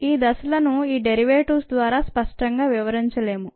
ఈ దశలను ఈ డెరివేటివ్ ద్వారా స్పష్టంగా వివరించలేము